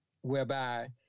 whereby